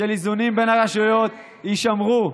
של איזונים בין הרשויות, יישמרו,